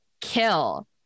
kill